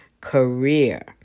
career